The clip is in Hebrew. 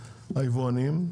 היבואנים,